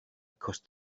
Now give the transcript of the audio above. because